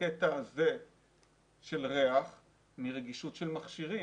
בקטע הזה של ריח מרגישות של מכשירים.